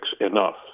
enough